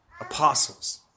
apostles